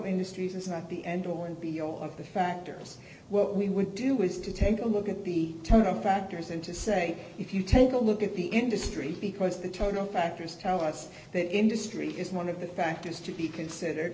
industries and the end all and be all of the factors what we would do is to take a look at the total factors and to say if you take a look at the industry because the total factors tell us that industry is one of the factors to be considered